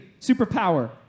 Superpower